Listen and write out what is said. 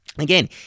Again